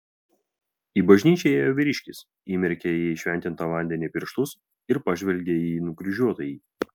į bažnyčią įėjo vyriškis įmerkė į šventintą vandenį pirštus ir pažvelgė į nukryžiuotąjį